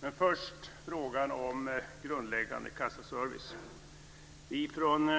Men först ska jag ta upp frågan om grundläggande kassaservice. Vi